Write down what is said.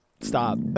stop